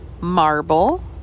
marble